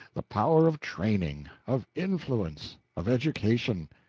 the power of training! of influence! of education!